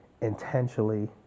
intentionally